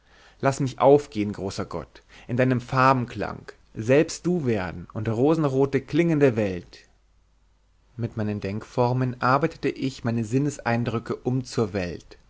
laß mich aufgehen großer gott in deinem farbenklang selbst du werden und rosenrote klingende welt mit meinen denkformen arbeite ich meine sinneseindrücke um zur welt